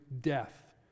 death